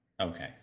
Okay